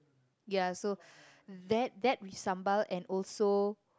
ya so that that with sambal and also